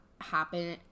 happen